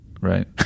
right